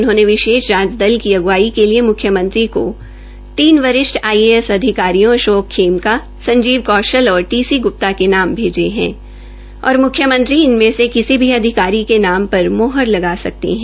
उन्होंने विशेष जांच दल की अग्वाई के लिए मुख्यमंत्री का तीन वरिष्ठ आई ए एस अधिकारियों अशाक्र खेमका संजीव कौशल और टी सी ग्प्ता के नाम भेजे है और मुख्यमंत्री इनमें से किसी भी अधिकारी के नाम पर माहर लगा सकते है